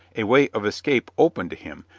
a way of escape opened to him,